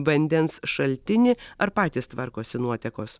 vandens šaltinį ar patys tvarkosi nuotekos